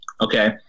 okay